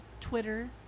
Twitter